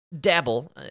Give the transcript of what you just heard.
dabble